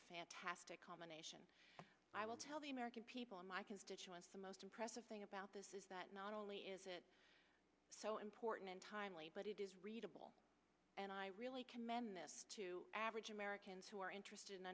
fantastic combination i will tell the american people and my constituents the most impressive thing about this is that not only is it so important and timely but it is readable and i really commend this to average americans who are interested in